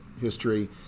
history